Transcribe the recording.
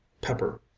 pepper